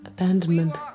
Abandonment